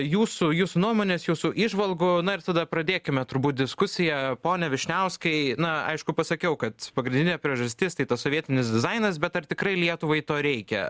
jūsų jūsų nuomonės jūsų įžvalgų na ir tada pradėkime turbūt diskusiją pone vyšniauskai na aišku pasakiau kad pagrindinė priežastis tai tas sovietinis dizainas bet ar tikrai lietuvai to reikia